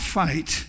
fight